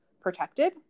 protected